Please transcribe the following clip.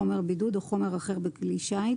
חומר בידוד או חומר אחר בכלי שיט,